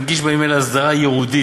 מגיש בימים אלה הסדרה ייעודית